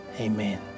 amen